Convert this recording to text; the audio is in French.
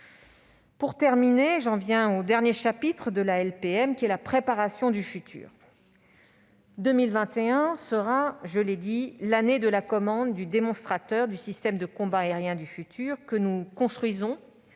J'en viens enfin au dernier chapitre de la LPM, la préparation du futur : 2021 sera l'année de la commande du démonstrateur du système de combat aérien du futur que nous construisons